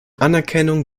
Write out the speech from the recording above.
anerkennung